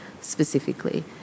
specifically